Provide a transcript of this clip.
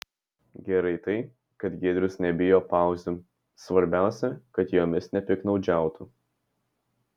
gerai tai kad giedrius nebijo pauzių svarbiausia kad jomis nepiktnaudžiautų